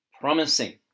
promising